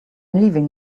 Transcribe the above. leaving